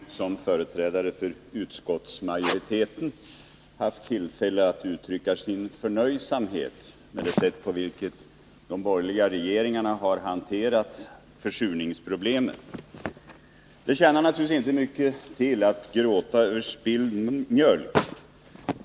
Herr talman! Esse Petersson har nu som företrädare för utskottsmajoriteten haft tillfälle att uttrycka sin förnöjsamhet med det sätt på vilket de borgerliga regeringarna har hanterat försurningsproblemen. Det tjänar naturligtvis inte mycket till att gråta över spilld mjölk.